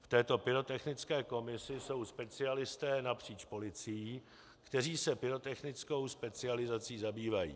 V této pyrotechnické komisi jsou specialisté napříč policií, kteří se pyrotechnickou specializací zabývají.